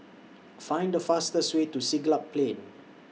Find The fastest Way to Siglap Plain